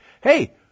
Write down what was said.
hey